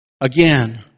again